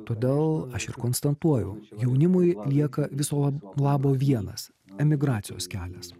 todėl aš ir konstatuoju jaunimui lieka viso labo vienas emigracijos kelias